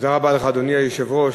אדוני היושב-ראש,